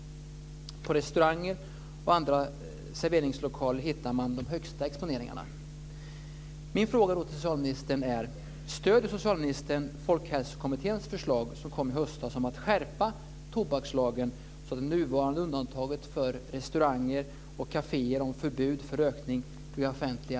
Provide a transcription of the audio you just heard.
På restauranger och andra serveringslokaler hittar man de högsta exponeringarna.